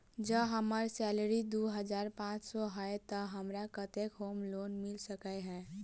जँ हम्मर सैलरी दु हजार पांच सै हएत तऽ हमरा केतना होम लोन मिल सकै है?